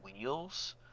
wheels